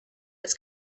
its